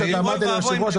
היושב-ראש,